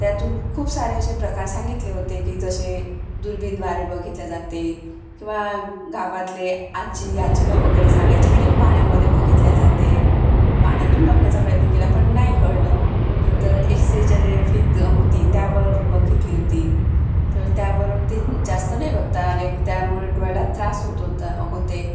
त्यातून खूप सारे असे प्रकार सांगितले होते की जसे दुर्बिणद्वारे बघितले जाते किंवा गावातले आजी आजोबा वगैरे सांगायचे की ते पाण्यामध्ये बघितले जाते पाण्यातून बघण्याचा प्रयत्न केला पण नाही कळलं नंतर एक्सरेचे जे फित होती त्यावर बघितली होती तर त्यावरून ते जास्त नाही बघता आले त्यामुळे डोळ्याला त्रास होत होता होते